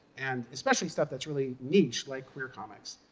and especially stuff that's really niche, like queer comics,